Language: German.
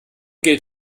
gilt